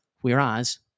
whereas